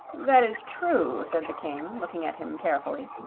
that is true, said the king, looking at him carefully